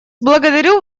благодарю